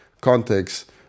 context